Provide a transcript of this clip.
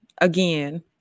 again